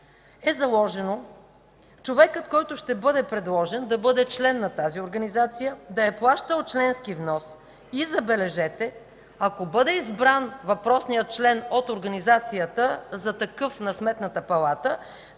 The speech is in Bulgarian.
е заложено човекът, който ще бъде предложен, да бъде член на тази организация, да е плащал членски внос и, забележете, ако бъде избран въпросният член от организацията за такъв на Сметната палата,